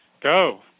Go